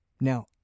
Now